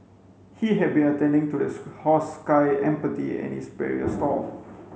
he had been attending to the horse Sky Empathy in its barrier stall